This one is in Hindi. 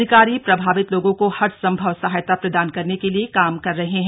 अधिकारी प्रभावित लोगों को हरसंभव सहायता प्रदान करने के लिए काम कर रहे हैं